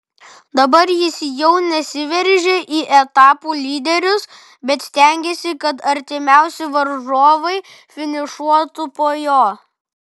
dabar jis jau nesiveržia į etapų lyderius bet stengiasi kad artimiausi varžovai finišuotų po jo